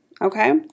Okay